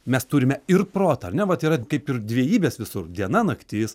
mes turime ir protą ar ne vat yra kaip ir dvejybės visur diena naktis